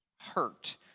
hurt